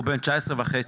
הוא בן 19 וחצי.